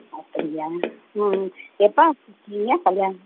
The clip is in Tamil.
அப்படியா எப்போ வெச்சுருக்கீங்க கல்யாணம்